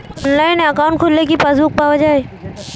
অনলাইনে একাউন্ট খুললে কি পাসবুক পাওয়া যায়?